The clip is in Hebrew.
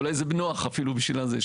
אולי זה נוח אפילו בשביל הזה.